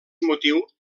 motiu